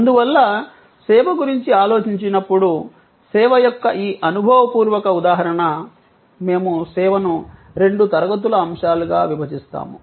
అందువల్ల సేవ గురించి ఆలోచించినప్పుడు సేవ యొక్క ఈ అనుభవపూర్వక ఉదాహరణ మేము సేవను రెండు తరగతుల అంశాలుగా విభజిస్తాము